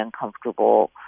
uncomfortable